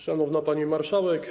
Szanowna Pani Marszałek!